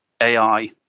AI